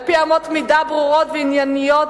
על-פי אמות מידה ברורות וענייניות,